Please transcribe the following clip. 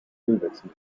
ölwechsel